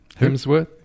Hemsworth